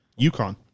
UConn